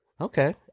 Okay